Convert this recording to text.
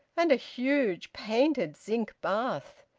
and a huge painted zinc bath!